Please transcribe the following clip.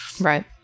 Right